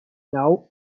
now